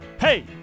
hey